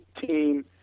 team